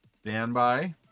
Standby